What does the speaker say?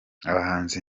abahanzi